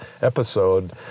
episode